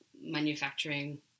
manufacturing